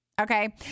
Okay